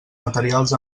materials